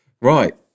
Right